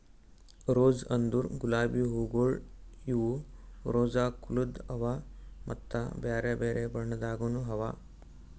rose ಅಂದುರ್ ಗುಲಾಬಿ ಹೂವುಗೊಳ್ ಇವು ರೋಸಾ ಕುಲದ್ ಅವಾ ಮತ್ತ ಇವು ಬೇರೆ ಬೇರೆ ಬಣ್ಣದಾಗನು ಅವಾ